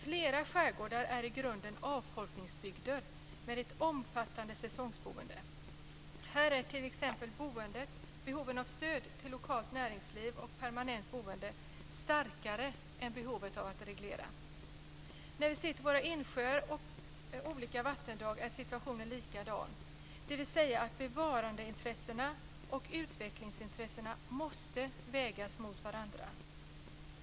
Flera skärgårdar är i grunden avfolkningsbygder med ett omfattande säsongsboende. Här är t.ex. behoven av stöd till lokalt näringsliv och permanent boende starkare än behovet av att reglera. När vi ser till våra insjöar och olika vattendrag är situationen likadan, dvs. att bevarandeintressena och utvecklingsintressena måste vägas mot varandra.